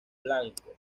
blanco